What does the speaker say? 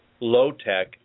low-tech